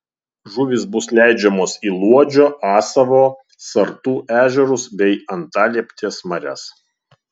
žuvys bus leidžiamos į luodžio asavo sartų ežerus bei antalieptės marias